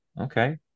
okay